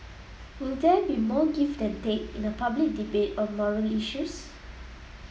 will there be more give than take in a public debate on moral issues